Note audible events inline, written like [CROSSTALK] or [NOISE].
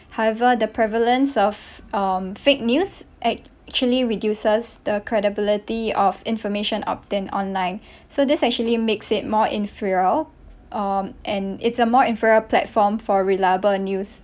however the prevalence of um fake news actually reduces the credibility of information obtained online [BREATH] so this actually makes it more inferior um and it's a more inferior platform for reliable news